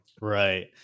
right